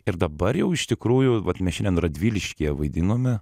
ir dabar jau iš tikrųjų vat mes šiandien radviliškyje vaidinome